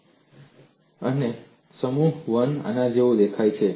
સુસંગતતા શરતો અને સમૂહ 1 આના જેવો દેખાય છે